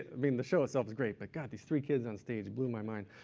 it. i mean, the show itself is great, but god, these three kids on stage blew my mind.